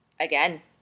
again